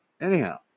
anyhow